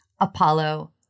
Apollo